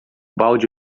balde